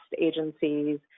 agencies